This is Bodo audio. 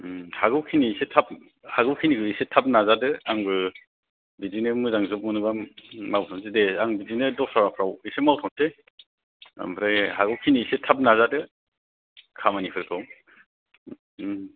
उम हागौ खिनि एसे थाब हागौ खिनिखौ एसे थाब नाजादो आंबो बिदिनो मोजां ज'ब मोनोब्ला मावथ'नोसै दे आं बिदिनो दसराफ्राव एसे मावथ'नोसै आमफ्राय हागौ खिनि एसे थाब नाजादो खामानिफोरखौ उम